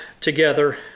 together